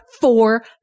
four